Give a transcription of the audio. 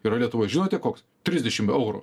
yra lietuvoj žinote koks trisdešim eurų